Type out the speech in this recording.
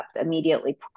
immediately